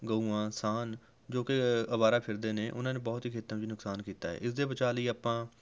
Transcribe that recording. ਗਊਆਂ ਸਾਨ੍ਹ ਜੋ ਕਿ ਅਵਾਰਾ ਫਿਰਦੇ ਨੇ ਉਨ੍ਹਾਂ ਨੇ ਬਹੁਤ ਖੇਤਾਂ ਨੂੰ ਨੁਕਸਾਨ ਕੀਤਾ ਹੈ ਇਸ ਦੇ ਬਚਾਅ ਲਈ ਆਪਾਂ